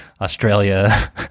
Australia